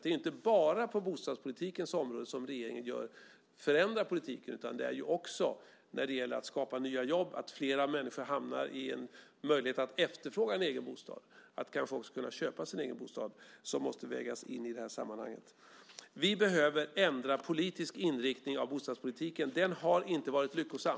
Det är inte bara på bostadspolitikens område som regeringen förändrar politiken, utan det sker ju också när det gäller att skapa nya jobb. Att fler människor får möjlighet att efterfråga en egen bostad och kanske också köpa en egen bostad måste också vägas in i det här sammanhanget. Vi behöver ändra politisk inriktning av bostadspolitiken. Den har inte varit lyckosam.